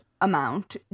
amount